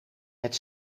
het